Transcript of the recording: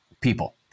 people